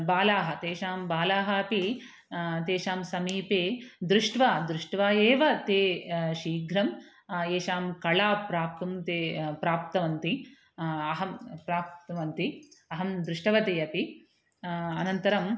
बालाः तेषां बालाः अपि तेषां समीपे दृष्ट्वा दृष्ट्वा एव ते शीघ्रं येषां कलां प्राप्तुं ते प्राप्नुवन्ति अहं प्राप्नुवन्ति अहं दृष्टवती अपि अनन्तरं